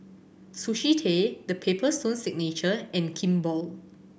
Sushi Tei The Paper Stone Signature and Kimball